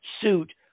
suit